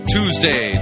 Tuesday